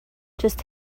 just